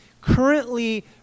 currently